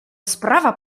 sprawa